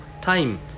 time